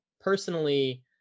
personally